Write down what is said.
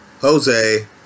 Jose